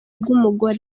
bw’umugore